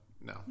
No